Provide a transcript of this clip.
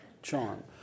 Charm